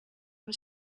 was